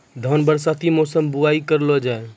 धान बरसाती मौसम बुवाई करलो जा?